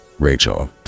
Rachel